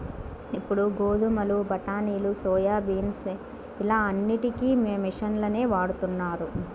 ఇప్పుడు గోధుమలు, బఠానీలు, సోయాబీన్స్ ఇలా అన్నిటికీ మిషన్లనే వాడుతున్నారు